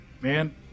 Man